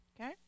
okay